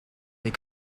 they